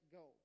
go